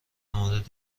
مورد